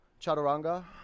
chaturanga